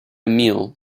meal